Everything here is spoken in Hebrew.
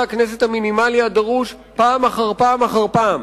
הכנסת המינימלי הדרוש פעם אחר פעם אחר פעם.